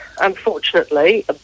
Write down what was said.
unfortunately